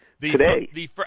Today